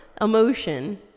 Emotion